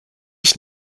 ich